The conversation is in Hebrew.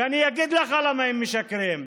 ואני אגיד לך למה הם משקרים: